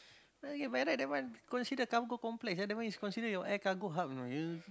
by right that one considered cargo complex ya that one is considered your air cargo hub you know you